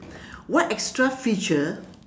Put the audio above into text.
what extra feature